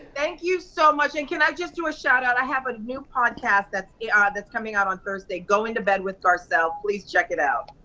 thank you so much, and can i just do a shout out, i have a new podcast that's yeah that's coming out on thursday, going to bed with garcelle, please check it out.